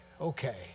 okay